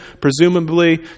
presumably